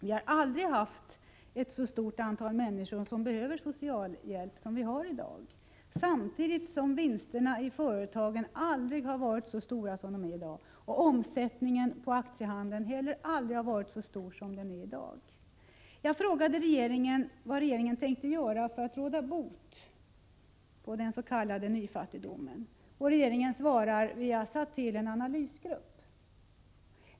Vi har aldrig haft ett så stort antal människor som behöver socialhjälp som vi har i dag, samtidigt som vinsterna i företagen aldrig har varit så stora som de är i dag och omsättningen på aktiehandeln heller aldrig har varit så stor som den är i dag. Jag frågade regeringen vad regeringen tänkte göra för att råda bot på den s.k. nyfattigdomen. Regeringen svarade: Vi har tillsatt en analysgrupp.